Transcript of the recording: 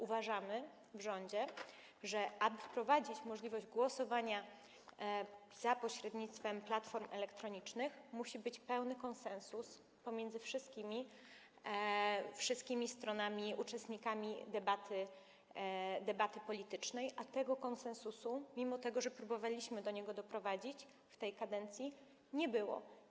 Uważamy w rządzie, że aby móc wprowadzić możliwość głosowania za pośrednictwem platform elektronicznych, musi być pełny konsensus pomiędzy wszystkimi stronami, uczestnikami debaty politycznej, a tego konsensusu, mimo że próbowaliśmy do niego doprowadzić, w tej kadencji nie było.